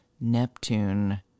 Neptune